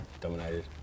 dominated